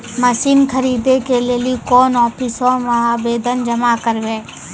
Machine खरीदै के लेली कोन आफिसों मे आवेदन जमा करवै?